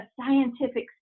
scientific